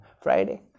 friday